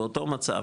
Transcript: באותו מצב,